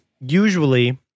usually